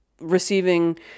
receiving